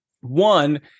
one